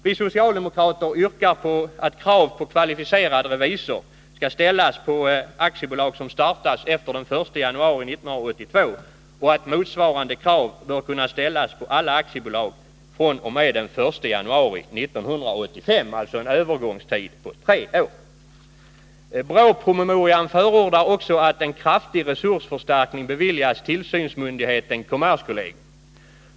Vi socialdemokrater yrkar att krav på kvalificerad revisor skall ställas på aktiebolag som startas efter den 1 januari 1982, och vi anför att motsvarande krav bör kunna ställas på alla aktiebolag fr.o.m. den 1 januari 1985 — det blir alltså en övergångstid på tre år. BRÅ-promemorian förordar också att en kraftig resursförstärkning beviljas tillsynsmyndigheten kommerskollegium.